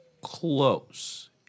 Close